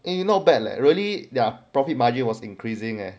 and not bad leh really their profit margin was increasing leh